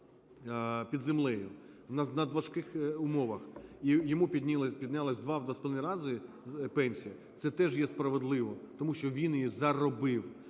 під землею, у надважких умовах, і йому піднялася у два, у два з половиною рази пенсія - це теж є справедливо, тому що він її заробив.